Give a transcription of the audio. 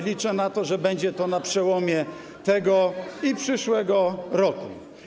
Liczę na to, że będzie to na przełomie tego i przyszłego roku.